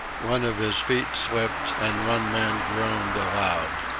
one of his feet slipped, and one man groaned aloud.